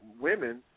women